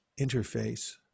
interface